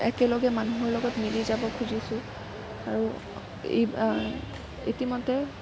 একেলগে মানুহৰ লগত মিলি যাব খুজিছো আৰু ই ইতিমধ্য়ে